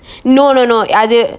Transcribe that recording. no no no அது:athu